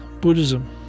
Buddhism